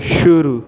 शुरू